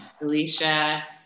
Alicia